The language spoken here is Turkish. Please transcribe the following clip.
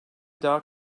daha